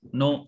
no